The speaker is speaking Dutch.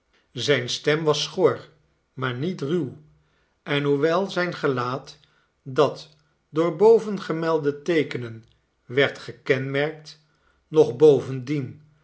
zijne stem was schor maar niet ruw en hoewel zijn gelaat dat door bovengemelde teekenen werd gekenmerkt nog bovendien